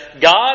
God